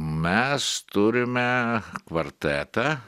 mes turime kvartetą